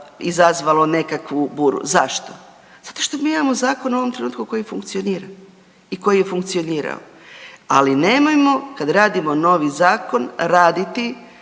izazvalo nekakvu buru. Zašto? Zato što mi imamo zakon u ovom trenutku koji funkcionira i koji je funkcionirao, ali nemojmo kad radimo novi zakon raditi